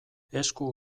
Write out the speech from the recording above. esku